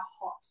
hot